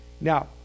Now